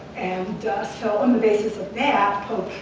and so and this is a bad pope.